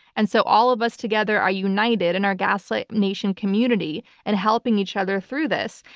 and so all of us together are united in our gaslit nation community and helping each other through this.